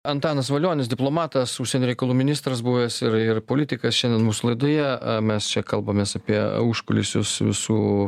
antanas valionis diplomatas užsienio reikalų ministras buvęs ir ir politikas šiandien mūsų laidoje mes čia kalbamės apie užkulisius visų